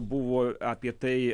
buvo apie tai